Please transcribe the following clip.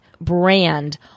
brand